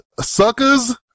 Suckers